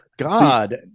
God